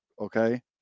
okay